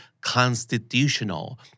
constitutional